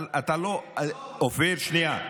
לא אמרתי "המחאה".